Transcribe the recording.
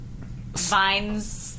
Vines